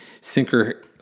sinker